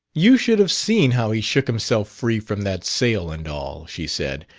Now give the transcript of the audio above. you should have seen how he shook himself free from that sail, and all, she said.